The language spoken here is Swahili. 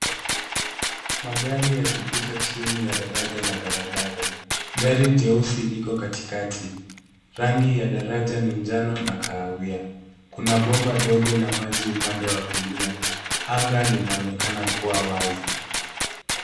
Magari yakipita chini ya daraja la barabara. Gari jeusi liko katikati. Rangi ya daraja ni njano na kahawia. Kuna bomba ndogo la maji upande wa kulia. Anga linaonekana kua wazi.